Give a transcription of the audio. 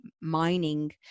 mining